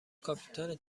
کاپیتان